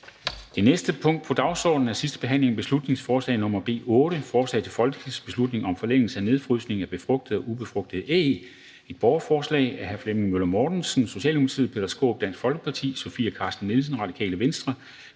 Det næste punkt på dagsordenen er: 14) 2. (sidste) behandling af beslutningsforslag nr. B 8: Forslag til folketingsbeslutning om forlængelse af nedfrysning af befrugtede og ubefrugtede æg (borgerforslag). Af Flemming Møller Mortensen (S), Peter Skaarup (DF), Sofie Carsten Nielsen (RV), Karsten